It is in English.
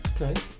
Okay